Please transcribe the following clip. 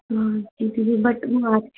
हाँ जी दीदी बट